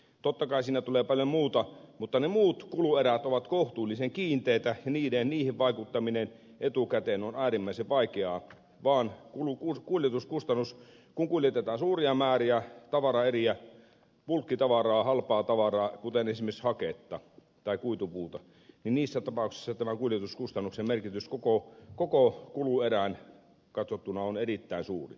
totta kai siinä tulee paljon muuta mutta ne muut kuluerät ovat kohtuullisen kiinteitä ja niihin vaikuttaminen etukäteen on äärimmäisen vaikeaa mutta kun kuljetetaan suuria määriä tavaraeriä bulkkitavaraa halpaa tavaraa kuten esimerkiksi haketta tai kuitupuuta niin niissä tapauksissa tämän kuljetuskustannuksen merkitys koko kuluerään katsottuna on erittäin suuri